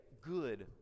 good